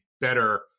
better